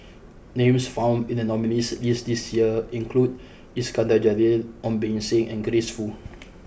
names found in the nominees' list this year include Iskandar Jalil Ong Beng Seng and Grace Fu